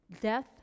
Death